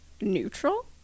Neutral